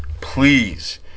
please